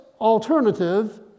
alternative